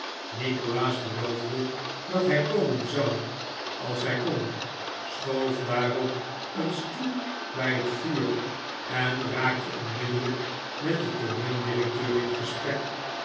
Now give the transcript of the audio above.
nikolaas beloofde dat hij komen zou als hij kon schoof daarop een stoel bij het vuur en raakte onmiddellijk met den tooneeldirecteur in gesprek